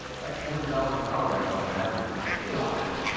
that's four hundred dollars per hour right now that i'm averaging. think about that,